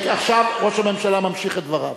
עכשיו ראש הממשלה ממשיך את דבריו.